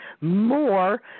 more